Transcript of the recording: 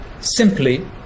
simply